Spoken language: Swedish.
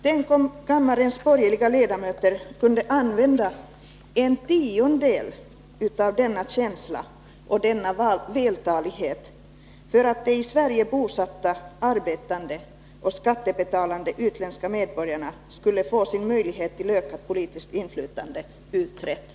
Tänk om kammarens borgerliga ledamöter kunde använda en tiondel av denna känsla och vältalighet för att de i Sverige bosatta, arbetande och skattebetalande utländska medborgarna skulle få sin möjlighet till ökat politiskt inflytande utredd!